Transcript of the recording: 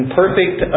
perfect